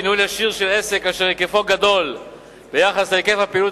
כי ניהול ישיר של עסק אשר היקפו גדול ביחס להיקף הפעילות